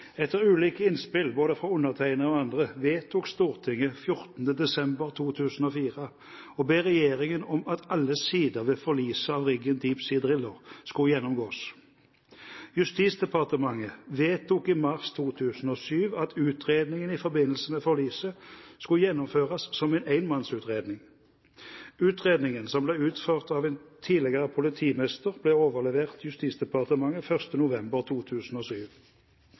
Etter ulike innspill, både fra undertegnede og andre, vedtok Stortinget 15. desember 2004 å be regjeringen om at alle sider ved forliset av riggen «Deep Sea Driller» skulle gjennomgås. Justisdepartementet vedtok i mars 2007 at utredningene i forbindelse med forliset skulle gjennomføres som en enmannsutredning. Utredningen, som ble utført av en tidligere politimester, ble overlevert Justisdepartementet 8. november 2007.